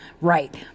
Right